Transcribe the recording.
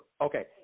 okay